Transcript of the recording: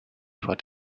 for